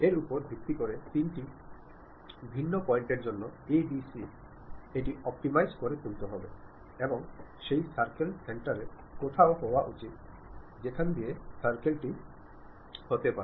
এর উপর ভিত্তি করে তিনটি ভিন্ন পয়েন্টের জন্য a b cএটি অপ্টিমাইজ করে এবং সেই সার্কেলের সেন্টার কোথায় হওয়া উচিত যেখান দিয়ে সার্কেল টিকে হুবহু পার হতে হয়